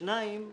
שניים,